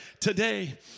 today